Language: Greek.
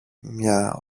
μια